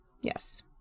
yes